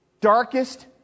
darkest